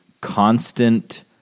constant